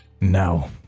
Now